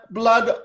blood